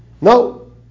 No